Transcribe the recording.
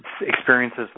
experiences